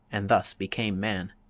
and thus became man.